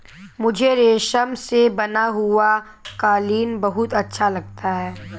मुझे रेशम से बना हुआ कालीन बहुत अच्छा लगता है